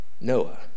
Noah